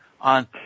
on